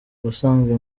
ubusanzwe